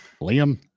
liam